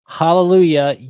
hallelujah